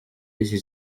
y’iki